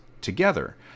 together